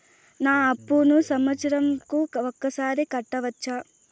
నా అప్పును సంవత్సరంకు ఒకసారి కట్టవచ్చా?